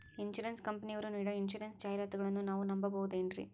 Insurance ಕಂಪನಿಯರು ನೀಡೋ insurance ಜಾಹಿರಾತುಗಳನ್ನು ನಾವು ನಂಬಹುದೇನ್ರಿ?